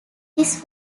this